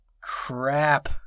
crap